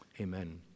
amen